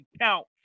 count